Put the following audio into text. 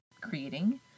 creating